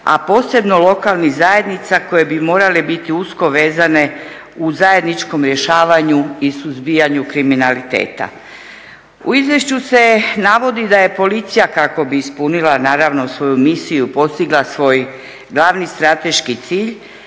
a posebno lokalnih zajednica koje bi morale biti usko vezane u zajedničkom rješavanju i suzbijanju kriminaliteta. U izvješću se navodi da je policija kako bi ispunila naravno svoju misiju, postigla svoj glavni strateški cilj,